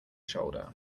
shoulder